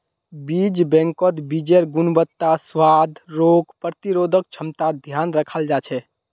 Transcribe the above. बीज बैंकत बीजेर् गुणवत्ता, स्वाद, रोग प्रतिरोधक क्षमतार ध्यान रखाल जा छे